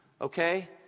Okay